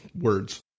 words